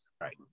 Right